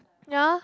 ya